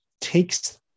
takes